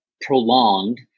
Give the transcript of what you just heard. prolonged